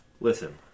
Listen